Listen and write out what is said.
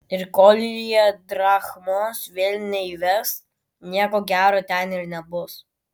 ir kol jie drachmos vėl neįves nieko gero ten ir nebus